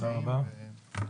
תודה רבה.